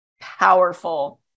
powerful